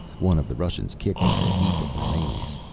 one of the russians kicked at the heap of remains.